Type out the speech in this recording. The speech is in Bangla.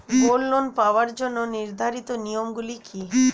গোল্ড লোন পাওয়ার জন্য নির্ধারিত নিয়ম গুলি কি?